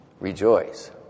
rejoice